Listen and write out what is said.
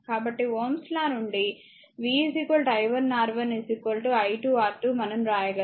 కాబట్టి Ω's లా నుండి v i1 R1 i2 R2 మనం వ్రాయగలము